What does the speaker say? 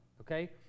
Okay